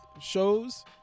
shows